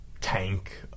tank